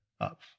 up